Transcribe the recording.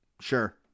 sure